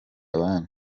abandi